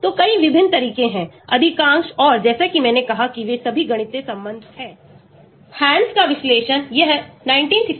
तो कई विभिन्न तरीके हैं अधिकांश और जैसा कि मैंने कहा कि वे सभी गणितीय संबंध हैं क्योंकि मात्रात्मक संरचना गतिविधि संबंध हैतो वे सभी गणितीय संबंध हैं